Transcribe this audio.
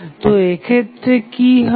তো এক্ষেত্রে কি হবে